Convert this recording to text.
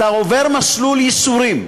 אתה עובר מסלול ייסורים.